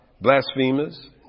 blasphemers